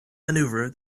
maneuver